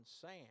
sand